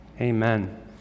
Amen